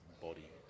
body